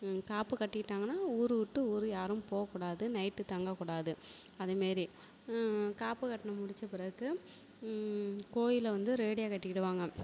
காப்பு கட்டிட்டாங்கனால் ஊர் விட்டு ஊர் யாரும் போக கூடாது நைட் தங்க கூடாது அதை மாரி காப்பு கட்டினது முடித்த பிறகு கோவிலில் வந்து ரேடியோ கட்டிடுவாங்க